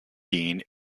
dean